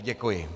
Děkuji.